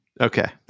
okay